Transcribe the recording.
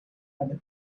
other